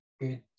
Good